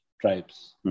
tribes